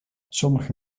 sommige